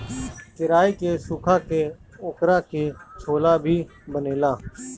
केराई के सुखा के ओकरा से छोला भी बनेला